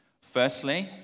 Firstly